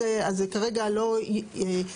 אז זה כרגע לא יפורט.